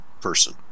person